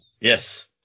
yes